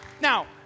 Now